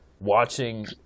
watching